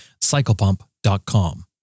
cyclepump.com